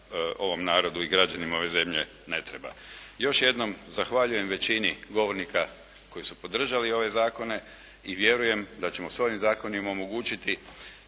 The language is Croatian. ovom narodu i građanima ove zemlje ne treba. Još jednom zahvaljujem većini govornika koji su podržali ove zakone i vjerujem da ćemo s ovim zakonima omogućiti